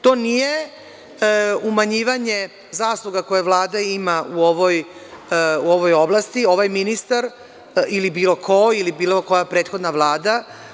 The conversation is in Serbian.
To nije umanjivanje zasluga koje Vlada ima u ovoj oblasti, ovaj ministar ili bilo ko ili bilo koja prethodna Vlada.